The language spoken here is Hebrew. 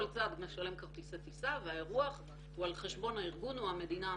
כל צד משלם כרטיסי טיסה והאירוח הוא על חשבון הארגון הוא המדינה המארחת.